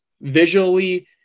visually